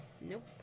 Nope